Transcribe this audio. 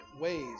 ways